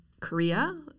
Korea